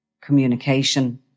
communication